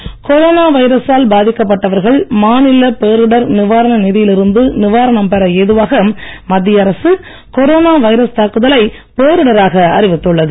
பேரிடர் கொரோனா வைரஸால் பாதிக்கப்பட்டவர்கள் மாநில பேரிடர் நிவாரண நிதியில் இருந்து நிவாரணம் பெற ஏதுவாக மத்திய அரசு கொரோனா வைரஸ் தாக்குதலைப் பேரிடராக அறிவித்துள்ளது